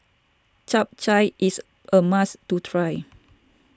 Chap Chai is a must to try